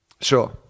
Sure